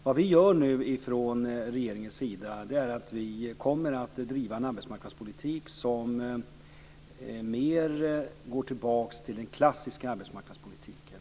Det vi nu kommer att göra från regeringens sida är att driva en arbetsmarknadspolitik som mer går tillbaka till den klassiska arbetsmarknadspolitiken.